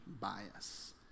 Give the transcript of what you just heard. bias